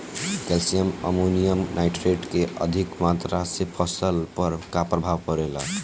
Calcium ammonium nitrate के अधिक मात्रा से फसल पर का प्रभाव परेला?